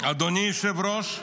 אדוני היושב-ראש,